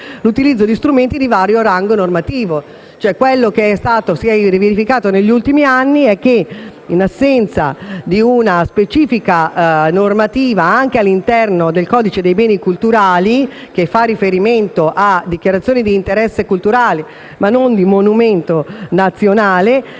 l'utilizzo di strumenti di vario rango normativo. Quello che si è verificato negli ultimi anni è che, in assenza di una specifica normativa (anche all'interno del codice dei beni culturali, che fa riferimento dichiarazioni di interesse culturale, ma non di monumento nazionale),